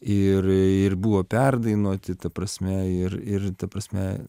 ir ir buvo perdainuoti ta prasme ir ir ta prasme